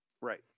Right